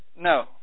no